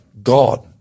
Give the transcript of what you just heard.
God